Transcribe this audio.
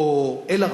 או אל-עראקיב,